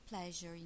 pleasure